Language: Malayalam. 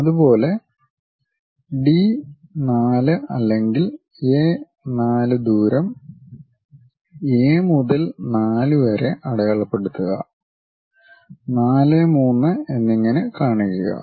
അതുപോലെ ഡി 4 അല്ലെങ്കിൽ എ 4 ദൂരം എ മുതൽ 4 വരെ അടയാളപെടുത്തുക 4 3 എന്നിങ്ങനെ കാണിക്കുക